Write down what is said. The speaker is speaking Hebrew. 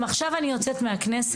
אם עכשיו אני יוצאת מהכנסת,